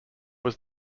was